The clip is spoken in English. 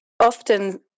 often